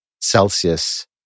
Celsius